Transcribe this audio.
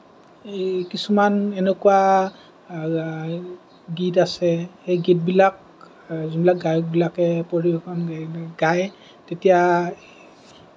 এই কিছুমান এনেকুৱা গীত আছে এই গীতবিলাক যোনবিলাক গায়কবিলাকে পৰিৱেশন গায় গায় তেতিয়া